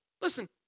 Listen